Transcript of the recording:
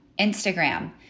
Instagram